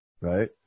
Right